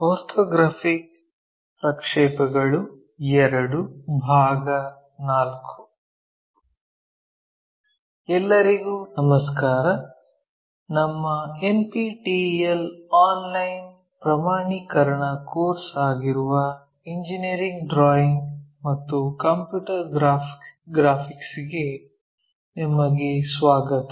orthographic ಪ್ರಕ್ಷೇಪಗಳು II ಭಾಗ 4 ಎಲ್ಲರಿಗೂ ನಮಸ್ಕಾರ ನಮ್ಮ ಎನ್ಪಿಟಿಇಎಲ್ ಆನ್ಲೈನ್ ಪ್ರಮಾಣೀಕರಣ ಕೋರ್ಸ್ ಆಗಿರುವ ಇಂಜಿನಿಯರಿಂಗ್ ಡ್ರಾಯಿಂಗ್ ಮತ್ತು ಕಂಪ್ಯೂಟರ್ ಗ್ರಾಫಿಕ್ಸ್ ಗೆ ನಿಮಗೆ ಸ್ವಾಗತ